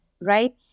right